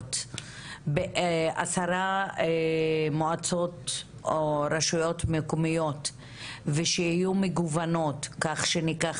פיילוט בעשר מועצות או רשויות מקומיות ושיהיו מגוונות כך שניקח